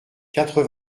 quatre